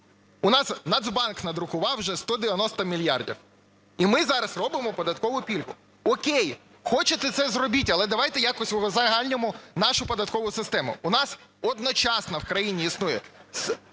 у нас Нацбанк надрукував вже 190 мільярдів, і ми зараз робимо податкову пільгу. О'кей, хочете це зробіть, але давайте якось узальнимо нашу податкову систему. У нас одночасно в країні існує